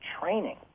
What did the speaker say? training